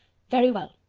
very well.